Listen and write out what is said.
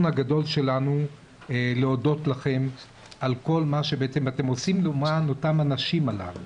הגדול שלנו להודות לכם על כל מה שאתם עושים למען האנשים הללו.